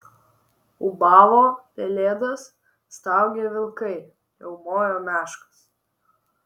ūbavo pelėdos staugė vilkai riaumojo meškos